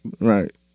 Right